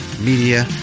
Media